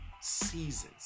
seasons